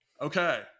Okay